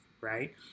right